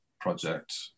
project